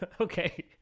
Okay